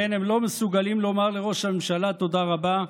לכן הם לא מסוגלים לומר לראש הממשלה תודה רבה,